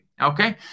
Okay